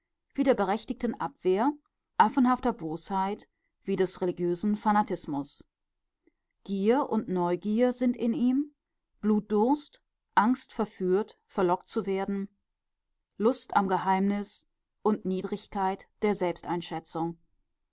wie der berechtigten abwehr affenhafter bosheit wie des religiösen fanatismus gier und neugier sind in ihm blutdurst angst verführt verlockt zu werden lust am geheimnis und niedrigkeit der selbsteinschätzung